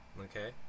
Okay